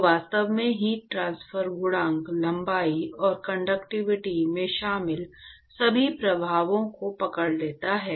जो वास्तव में हीट ट्रांसफर गुणांक लंबाई और कंडक्टिविटी में शामिल सभी प्रभावों को पकड़ लेता है